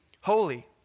holy